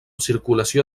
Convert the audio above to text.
circulació